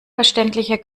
verständlicher